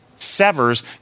severs